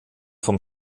vom